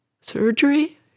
Surgery